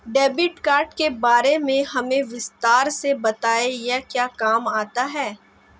Debit card के बारे में हमें विस्तार से बताएं यह क्या काम आता है?